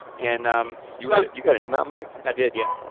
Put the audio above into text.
and um you got you got a new mountain bike? i did, yeah.